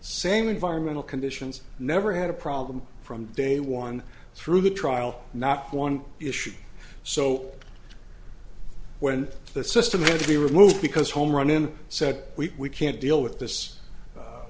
same environmental conditions never had a problem from day one through the trial not one issue so when the system had to be removed because home run in said we can't deal with this